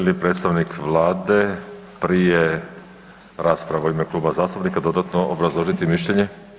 Želi li predstavnik Vlade prije rasprave u ime Kluba zastupnika dodatno obrazložiti mišljenje?